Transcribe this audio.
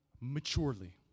maturely